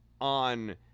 on